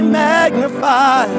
magnify